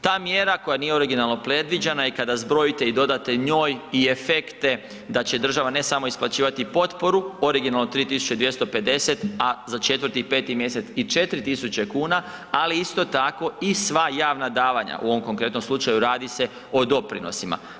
Ta mjera koja nije originalno predviđana i kada zbrojite i dodate njoj i efekte da će država ne samo isplaćivati potporu originalno 3.250, a za 4. i 5. mjesec i 4.000 kuna, ali isto tako i sva javna davanja, u ovom konkretnom slučaju radi se o doprinosima.